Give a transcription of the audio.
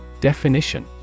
Definition